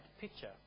picture